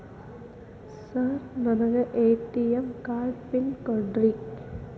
Sir ನನಗೆ ATM card PIN ಕೊಡ್ರಿ?